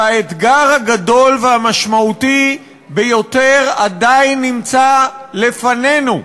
שהאתגר הגדול והמשמעותי ביותר עדיין נמצא לפנינו,